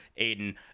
aiden